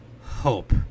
hope